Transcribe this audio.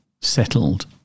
settled